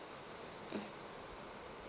mm